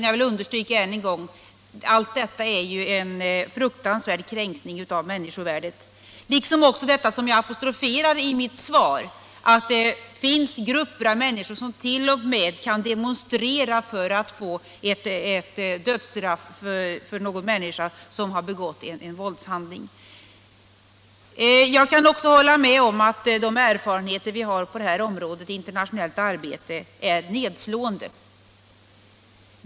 Jag vill understryka än en gång att allt detta är en fruktansvärd kränkning av människovärdet, liksom det som jag apostroferade i mitt svar, att det finns grupper av människor som t.o.m. kan demonstrera för dödsstraff mot någon människa som har begått en våldshandling. Jag kan också hålla med om att de erfarenheter vi har av internationellt arbete på det här området är nedslående.